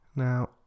Now